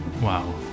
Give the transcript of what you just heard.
Wow